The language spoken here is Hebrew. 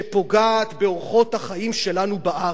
שפוגעת באורחות החיים שלנו בארץ,